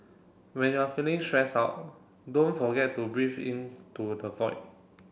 when you are feeling stressed out don't forget to breathe in to the void